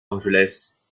angeles